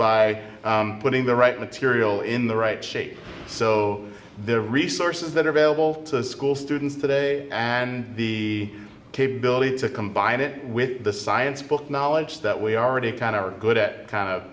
by putting the right material in the right shape so the resources that are available to school students today and the capability to combine it with the science book knowledge that we already kind of are good at